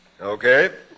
Okay